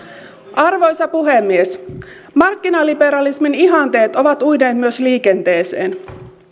arvoisa puhemies markkinaliberalismin ihanteet ovat uineet myös liikenteeseen